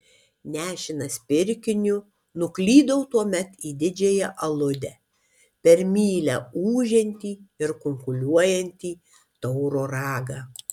nešinas pirkiniu nuklydau tuomet į didžiąją aludę per mylią ūžiantį ir kunkuliuojantį tauro ragą